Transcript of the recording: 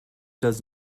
does